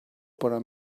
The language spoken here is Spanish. para